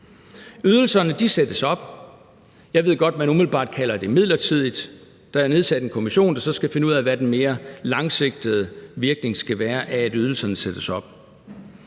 ydelserne sættes op. Jeg ved godt, man umiddelbart kalder det midlertidigt. Der er nedsat en kommission, der så skal finde ud af, hvad den mere langsigtede virkning skal være af, at ydelserne sættes op.